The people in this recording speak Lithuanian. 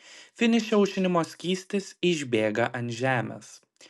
finiše aušinimo skystis išbėga ant žemės